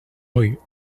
rue